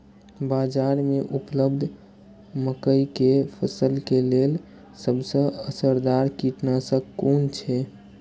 बाज़ार में उपलब्ध मके के फसल के लेल सबसे असरदार कीटनाशक कुन छै?